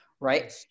Right